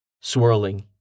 swirling